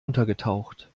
untergetaucht